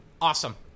Awesome